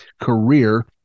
career